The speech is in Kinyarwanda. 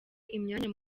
imyanya